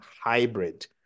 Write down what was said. Hybrid